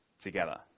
together